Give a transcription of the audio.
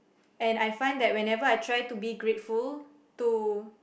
and I find that whenever I try to be grateful to